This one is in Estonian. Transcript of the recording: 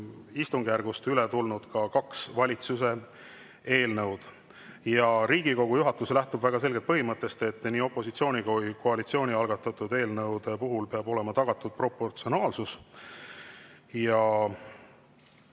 istungjärgust üle tulnud kaks valitsuse eelnõu. Riigikogu juhatus lähtub väga selgelt põhimõttest, et nii opositsiooni kui ka koalitsiooni algatatud eelnõude puhul peab olema tagatud proportsionaalsus.